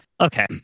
Okay